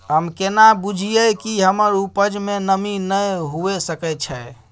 हम केना बुझीये कि हमर उपज में नमी नय हुए सके छै?